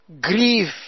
grief